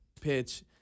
pitch